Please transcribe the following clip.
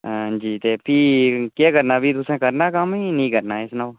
हां जी ते पी केह् करना पी तुसें करना कम्म जां नी करना ऐ सनाओ